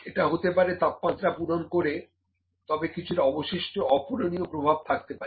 এটা হতে পারে তাপমাত্রা পূরণ করে তবে কিছুটা অবশিষ্ট অপূরণীয় প্রভাব থাকতে পারে